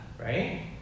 Right